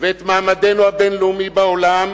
ואת מעמדנו הבין-לאומי בעולם,